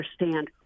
understand